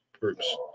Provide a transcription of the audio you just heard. groups